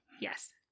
Yes